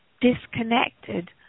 disconnected